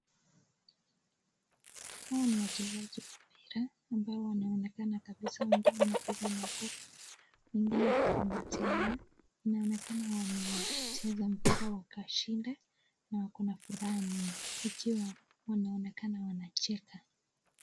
Hawa ni wachezaji wa mpira ambao wanaonekana kabisa wengine wanapiga makofi, wengine wakikumbatiana. Inaonekana wamecheza mpira wakashinda na wako na furaha mno wakiwa wanaonekana wanacheka.